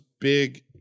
big